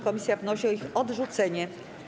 Komisja wnosi o ich odrzucenie.